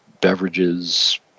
beverages